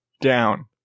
down